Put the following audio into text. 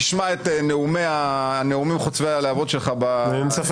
נשמע את הנאומים חוצבי הלהבות שלך בכנסת,